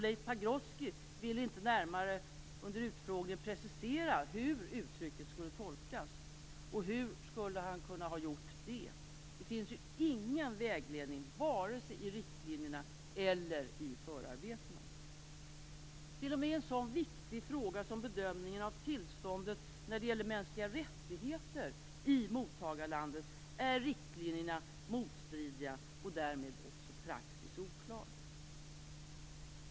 Leif Pagrotsky ville under utfrågningen inte närmare precisera hur uttrycket skulle tolkas. Och hur skulle han ha kunnat göra det? Det finns ju ingen vägledning, vare sig i riktlinjerna eller förarbetena. T.o.m. i en så viktig fråga som bedömningen av tillståndet när det gäller mänskliga rättigheter i mottagarlandet är riktlinjerna motstridiga och därmed också praxis oklar.